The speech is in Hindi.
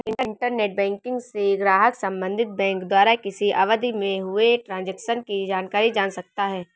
इंटरनेट बैंकिंग से ग्राहक संबंधित बैंक द्वारा किसी अवधि में हुए ट्रांजेक्शन की जानकारी जान सकता है